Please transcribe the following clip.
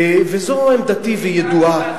וזו עמדתי, והיא ידועה.